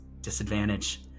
disadvantage